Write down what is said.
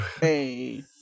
Hey